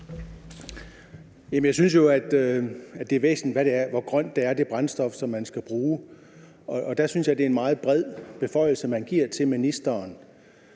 Jeg synes jo, det er væsentligt, hvor grønt det brændstof, som man skal bruge, er. Der synes jeg, det er en meget bred beføjelse, man giver til ministeren.